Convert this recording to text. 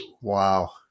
Wow